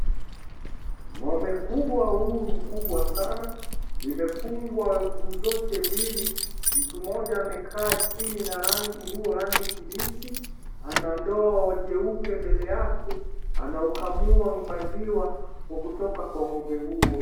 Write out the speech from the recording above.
Ng'ombe kubwa yu mkubwa sana, limefungwa guu zake mbili. Mtu mmoja amekaa chini na nguo rangi kibichi. Ana ndoo jeupe mbele yake. Anaukamua maziwa kwa kutoka kwa ng'ombe huo.